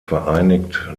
vereinigt